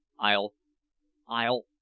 I'll—I'll—